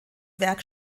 werk